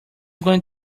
going